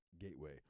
gateway